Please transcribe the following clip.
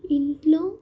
ఇంట్లో